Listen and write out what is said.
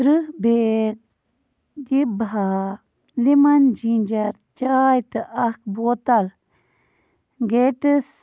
ترٕٛہ بیگ دِبہا lemon ginger چاے تہٕ اکھ بوتل گیٹس